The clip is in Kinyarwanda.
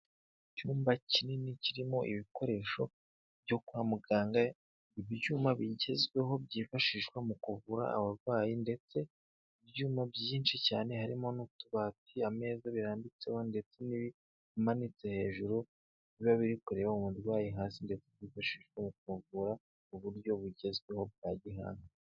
Icyumba kinini kirimo ibikoresho byo kwa muganga, ibyuma bigezweho, byifashishwa mu kuvura abarwayi ndetse ibyuma byinshi cyane harimo n'utubati, ameza birambitseho ndetse n'ibimanitse hejuru biba biri kureba umurwayi hasi ndetse byifashishwa mu kuvura mu buryo bugezweho bwa gihanga.